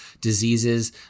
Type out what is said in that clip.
diseases